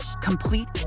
complete